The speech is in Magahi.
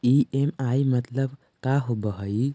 ई.एम.आई मतलब का होब हइ?